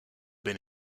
been